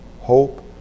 hope